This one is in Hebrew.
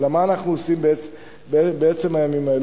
אלא מה אנחנו עושים בעצם הימים האלה.